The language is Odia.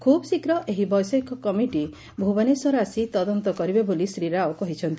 ଖୁବ୍ ଶୀଘ୍ର ଏହି ବୈଷୟିକ କମିଟି ଭୁବନେଶ୍ୱର ଆସି ତଦନ୍ତ କରିବେ ବୋଲି ଶ୍ରୀ ରାଓ କହିଛନ୍ତି